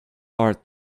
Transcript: are